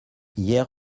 hier